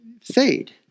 fade